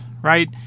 right